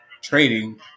trading